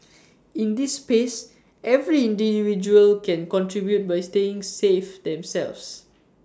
in this space every individual can contribute by staying safe themselves